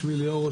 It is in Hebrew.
שמי ליאור,